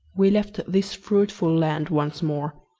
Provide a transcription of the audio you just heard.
we left this fruitful land once more,